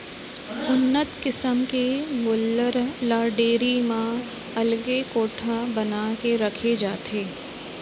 उन्नत किसम के गोल्लर ल डेयरी म अलगे कोठा बना के रखे जाथे